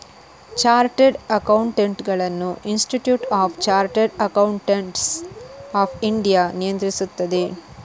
chartered ಅಕೌಂಟೆಂಟುಗಳನ್ನು institute of chartered accountants of India ನಿಯಂತ್ರಿಸುತ್ತದೆ